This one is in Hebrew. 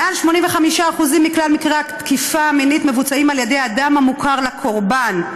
מעל 85% מכלל מקרי התקיפה המינית נעשים על ידי אדם המוכר לקורבן.